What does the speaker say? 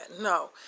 No